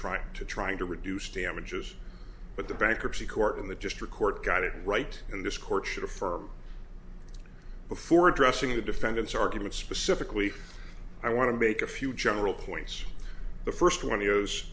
trying to trying to reduce damages but the bankruptcy court in the just record got it right and this court should affirm before addressing the defendant's argument specifically i want to make a few general points the first one of those